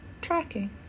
tracking